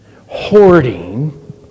hoarding